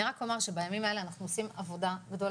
אני רק אומר שבימים האלה אנחנו עושים עבודה גדולה